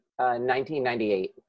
1998